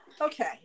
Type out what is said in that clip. Okay